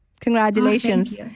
Congratulations